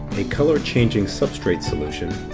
a color-changing substrate solution,